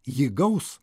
ji gaus